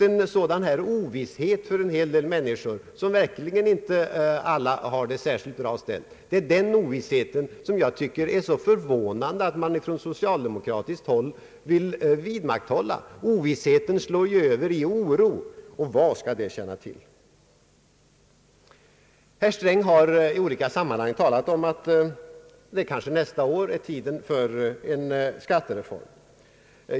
En hel del människor, av vilka verkligen inte alla har det särskilt bra ställt, svävar i ovisshet, och jag tycker att det är förvånande att man på socialdemokratiskt håll vill vidmakthålla denna ovisshet. Den slår ju över i oro. Vad skall det tjäna till? Herr Sträng har i olika sammanhang talat om att det kanske nästa år är tid för en skattereform.